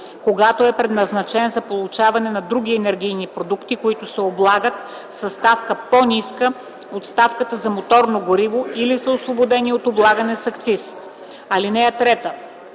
когато е предназначен за получаване на други енергийни продукти, които се облагат със ставка по-ниска от ставката за моторно гориво или са освободени от облагане с акциз. (3)